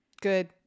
good